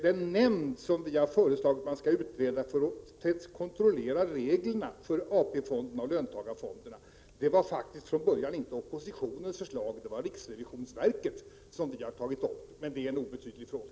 Den nämnd som vi har föreslagit skall utredas och som skulle kontrollera reglerna för AP-fonderna och löntagarfonderna var från början faktiskt inte ett förslag från oppositionen, utan det var ett förslag från riksrevisionsverket som vi tog upp. Men det är en obetydlig fråga.